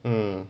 mm